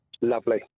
Lovely